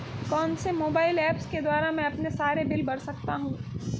कौनसे mobile apps के द्वारा मैं अपने सारे बिल भर सकता हूं?